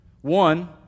One